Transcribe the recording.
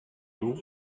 l’eau